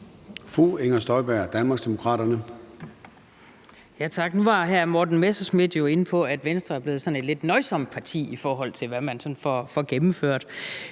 Inger Støjberg (DD): Tak. Nu var hr. Morten Messerschmidt jo inde på, at Venstre er blevet sådan et lidt nøjsomt parti, i forhold til hvad man får gennemført.